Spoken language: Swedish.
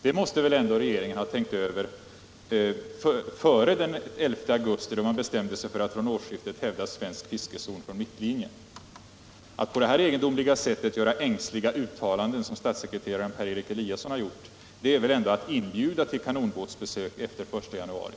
Det måste väl regeringen ändå ha tänkt över före den 11 augusti, då man bestämde sig för att från årsskiftet hävda svensk fiskezon från mittlinjen. Att göra sådana ängsliga uttalanden som statssekreterare Eliasson har gjort är väl ändå att inbjuda till kanonbåtsbesök efter den 1 januari?